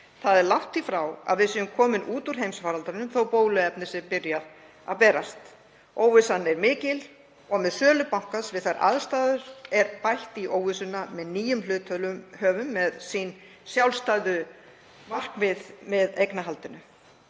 Það er langt því frá að við séum komin út úr heimsfaraldri þótt bóluefni sé byrjað að berast. Óvissan er mikil og með sölu bankans við þær aðstæður er bætt í óvissuna með nýjum hluthöfum með sín sjálfstæðu markmið með eignarhaldinu.